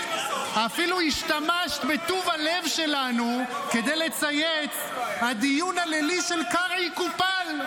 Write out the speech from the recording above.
אפילו השתמשת בטוב הלב שלנו כדי לצייץ: הדיון הלילי של קרעי קופל.